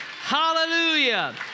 Hallelujah